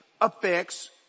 affects